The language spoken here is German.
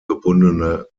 gebundene